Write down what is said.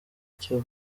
icyo